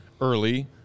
early